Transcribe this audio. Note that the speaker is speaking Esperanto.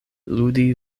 ludi